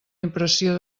impressió